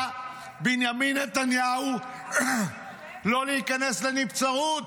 בנימין נתניהו לא להיכנס לנבצרות.